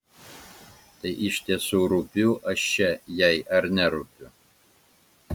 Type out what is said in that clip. tai iš tiesų rūpiu aš čia jai ar nerūpiu